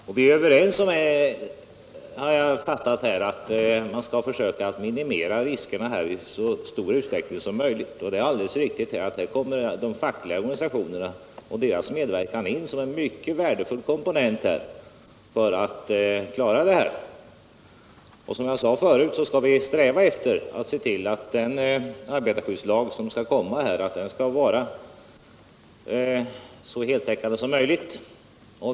Som jag har fattat det är vi överens om att man skall försöka minimera riskerna i så stor utsträckning som möjligt, och här kommer naturligtvis de fackliga organisationernas medverkan in som en mycket värdefull komponent. Som jag sade förut skall vi sträva efter att den arbetarskyddslag som skall komma blir så heltäckande som möjligt.